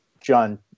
John